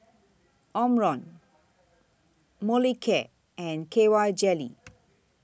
Omron Molicare and K Y Jelly